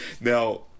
Now